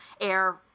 air